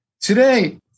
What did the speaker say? Today